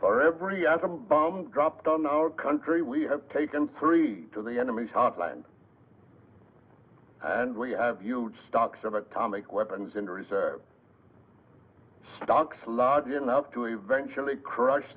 for every atom bomb dropped on our country we have taken three to the enemy's hot line and we have huge stocks of atomic weapons in reserve stocks large enough to eventually crush